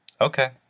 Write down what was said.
Okay